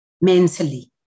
mentally